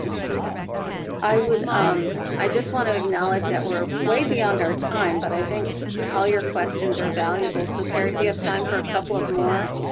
okay i would um i just want to acknowledge that we're way beyond our time but i think all your questions are valuable so carrie, if you have time for a couple of more?